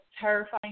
terrifying